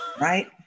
right